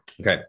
Okay